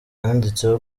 yanditse